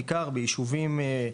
בעיקר ביישובים,